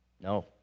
No